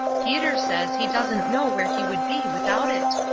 peter says he doesn't know where he would be without it.